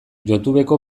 youtubeko